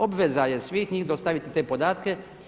Obveza je svih njih dostaviti te podatke.